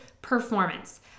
Performance